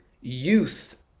youth